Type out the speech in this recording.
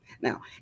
Now